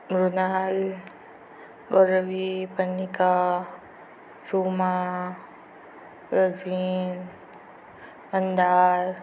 Mrinal Gauravi Panika Ruma Rafeen Mandar